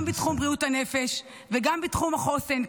גם בתחום בריאות הנפש וגם בתחום החוסן,